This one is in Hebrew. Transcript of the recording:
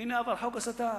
הנה, חוק ההסתה